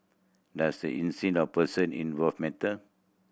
does the of person involved matter